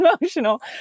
emotional